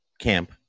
camp